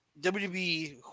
WWE